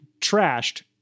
trashed